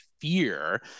fear